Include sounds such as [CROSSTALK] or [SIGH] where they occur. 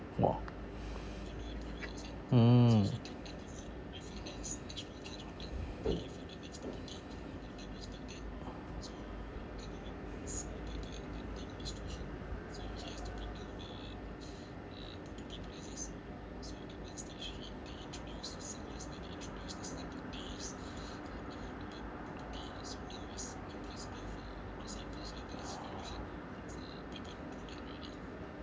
!wah! [BREATH] [NOISE] mm [BREATH]